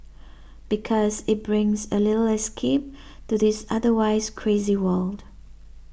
because it brings a little escape to this otherwise crazy world